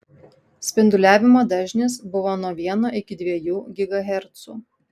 spinduliavimo dažnis buvo nuo vieno iki dviejų gigahercų